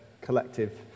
collective